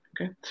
Okay